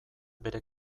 bere